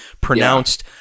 pronounced